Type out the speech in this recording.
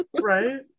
right